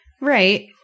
Right